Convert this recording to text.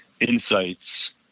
insights